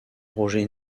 roger